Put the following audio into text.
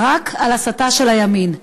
אבל רק על הסתה של הימין.